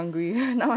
now I'm hungry